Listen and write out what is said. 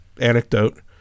anecdote